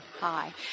Hi